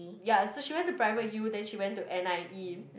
ya so she went to private U then she went to n_i_e